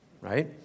Right